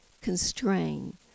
constrain